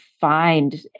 find